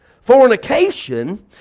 fornication